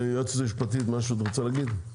היועצת המשפטית משהו את רוצה להגיד?